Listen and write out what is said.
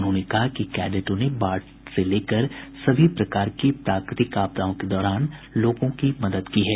उन्होंने कहा कि कैडेटों ने बाढ़ से लेकर सभी प्रकार की प्राकृतिक आपदाओं के दौरान लोगों की मदद की है